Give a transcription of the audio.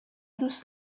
دوست